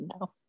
no